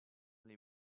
les